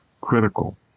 critical